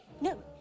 No